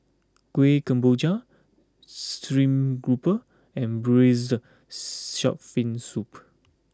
Kueh Kemboja Stream Grouper and Braised Shark Fin Soup